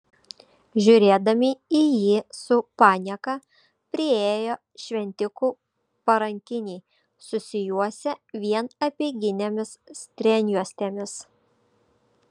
žiūrėdami į jį su panieka priėjo šventikų parankiniai susijuosę vien apeiginėmis strėnjuostėmis